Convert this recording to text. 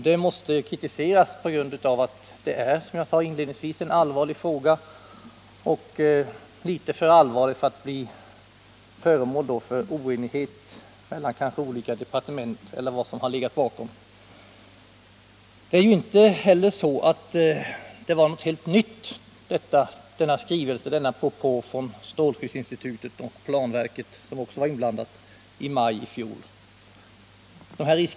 Det måste kritiseras då detta, som jag sade inledningsvis, är en allvarlig fråga — litet för allvarlig för att bli föremål för oenighet mellan olika departement eller vad som kan ha legat bakom bristen på åtgärder. Det är inte heller så att innehållet i propån från strålskyddsinstitutet och planverket, som också var inblandat, i maj i fjol var något helt nytt.